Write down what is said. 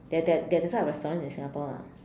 there there are type of restaurants in Singapore lah